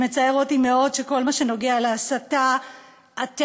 זה מצער אותי מאוד שכל מה שנוגע להסתה אתם,